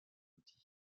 outil